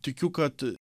tikiu kad